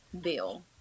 bill